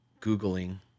Googling